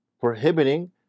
Prohibiting